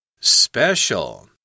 Special